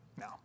No